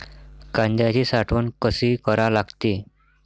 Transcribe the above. कांद्याची साठवन कसी करा लागते?